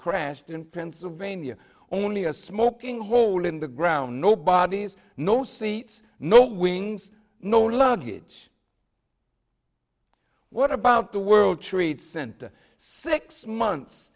crashed in pennsylvania only a smoking hole in the ground no bodies no seats no wings no luggage what about the world trade center six months